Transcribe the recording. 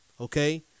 okay